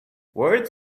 words